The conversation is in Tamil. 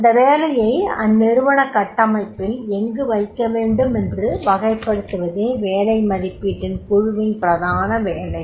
அந்த வேலையை அந்நிறுவனக் கட்டமைப்பில் எங்கு வைக்க வேண்டும் என்று வகைப்படுத்துவதே வேலை மதிப்பீட்டுக் குழுவின் பிரதான வேலை